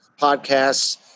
podcasts